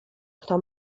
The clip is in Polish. kto